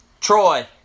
Troy